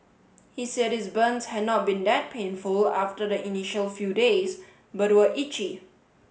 he said his burns had not been that painful after the initial few days but were itchy